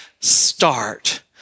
start